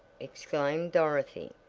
exclaimed dorothy,